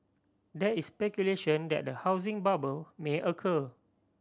there is speculation that a housing bubble may occur